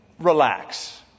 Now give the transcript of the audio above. relax